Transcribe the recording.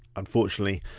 unfortunately,